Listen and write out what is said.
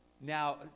Now